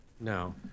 No